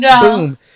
boom